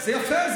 זה יפה.